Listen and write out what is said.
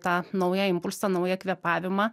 tą naują impulsą naują kvėpavimą